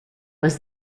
was